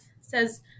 says